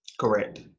Correct